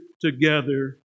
together